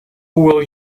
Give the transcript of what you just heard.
will